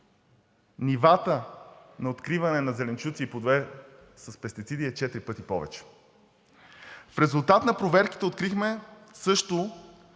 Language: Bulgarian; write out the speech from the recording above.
нивата на откриване на зеленчуци и плодове с пестициди е четири пъти повече. В резултат на проверките открихме също